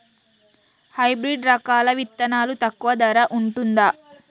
Hybrid రకాల విత్తనాలు తక్కువ ధర ఉంటుందా?